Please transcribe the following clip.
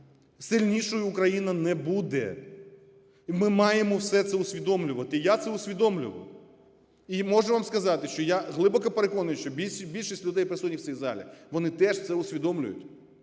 сильнішою Україна не буде. Ми маємо все це усвідомлювати. Я це усвідомив. І можу вам сказати, що я глибоко переконаний, що більшість людей, присутніх в цій залі, вони теж це усвідомлюють.